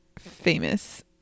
famous